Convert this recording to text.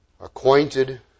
acquainted